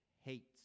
hates